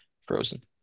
frozen